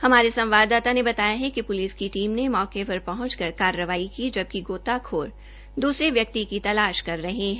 हमारे संवाददाता ने बताया कि पुलिस की टीम ने मौके पर पहुंचकर कार्रवाई की जबकि गोताखोर दूसरे व्यक्ति की तलाश कर रहे है